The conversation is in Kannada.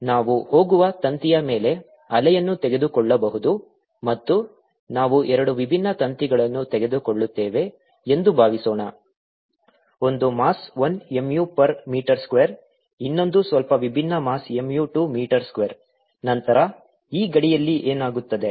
ನಾವು ಹೋಗುವ ತಂತಿಯ ಮೇಲೆ ಅಲೆಯನ್ನು ತೆಗೆದುಕೊಳ್ಳಬಹುದು ಮತ್ತು ನಾವು ಎರಡು ವಿಭಿನ್ನ ತಂತಿಗಳನ್ನು ತೆಗೆದುಕೊಳ್ಳುತ್ತೇವೆ ಎಂದು ಭಾವಿಸೋಣ ಒಂದು mass 1 mu per metre square ಇನ್ನೊಂದು ಸ್ವಲ್ಪ ವಿಭಿನ್ನ ಮಾಸ್ mu 2 ಮೀಟರ್ ಸ್ಕ್ವೇರ್ ನಂತರ ಈ ಗಡಿಯಲ್ಲಿ ಏನಾಗುತ್ತದೆ